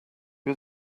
wir